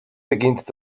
beginnt